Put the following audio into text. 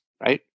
right